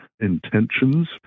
intentions